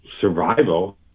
survival